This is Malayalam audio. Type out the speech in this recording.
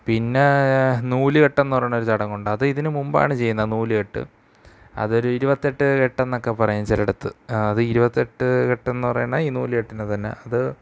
പിന്നെ നൂലു കെട്ടെന്നു പറയണൊരു ചടങ്ങുണ്ട് അത് ഇതിനു മുമ്പാണ് ചെയ്യുന്നത് നൂലുകെട്ട് അതൊരു ഇരുപത്തെട്ട് കെട്ടെന്നൊക്കെ പറയും ചിലയിടത്ത് അത് ഇരുപത്തെട്ട് കെട്ടെന്നു പറയണത് ഈ നൂല് കെട്ടിനെ തന്നെ അത്